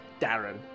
Darren